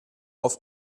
auf